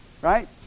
Right